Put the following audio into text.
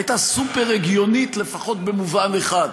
הייתה סופר-הגיונית לפחות במובן אחד,